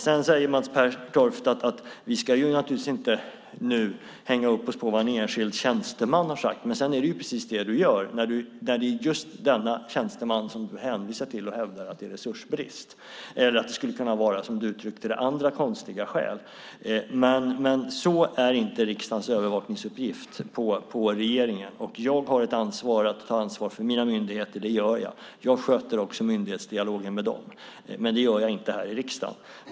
Sedan säger Mats Pertoft att vi naturligtvis inte ska hänga upp oss på vad en enskild tjänsteman har sagt. Men sedan är det precis det han gör när han hänvisar till just denne tjänsteman och hävdar att det är resursbrist eller att det skulle kunna vara, som han uttrycker det, andra konstiga skäl. Men sådan är inte riksdagens uppgift att övervaka regeringen. Jag har att ta ansvar för mina myndigheter, och det gör jag. Jag sköter också myndighetsdialogen med dem. Men det gör jag inte här i riksdagen.